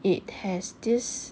it has this